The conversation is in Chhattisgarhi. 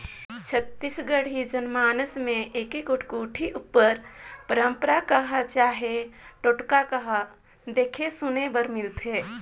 छत्तीसगढ़ी जनमानस मे एगोट कोठी उपर पंरपरा कह चहे टोटका कह देखे सुने बर मिलथे